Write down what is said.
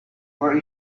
where